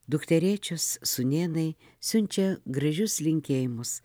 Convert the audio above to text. dukterėčios sūnėnai siunčia gražius linkėjimus